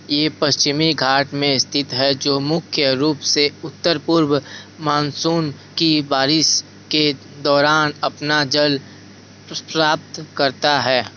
ये पश्चिमी घाट में स्थित है जो मुख्य रूप से उत्तर पूर्व मानसून की बारिश के दौरान अपना जल प्राप्त करता है